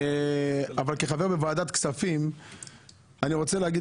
אבל כחבר בוועדת הכספים אני רוצה להגיד